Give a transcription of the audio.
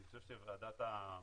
אני חושב שוועדת המדע